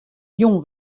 jûn